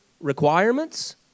requirements